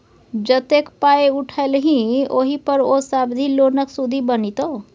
जतेक पाय उठेलही ओहि पर ओ सावधि लोनक सुदि बनितौ